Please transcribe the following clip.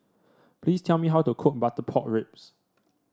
please tell me how to cook Butter Pork Ribs